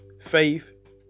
faith